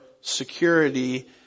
security